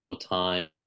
time